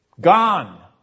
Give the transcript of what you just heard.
Gone